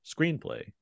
screenplay